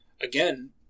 again